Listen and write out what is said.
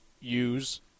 use